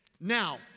Now